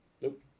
Nope